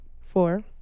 Four